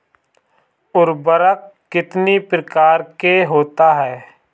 उर्वरक कितनी प्रकार के होता हैं?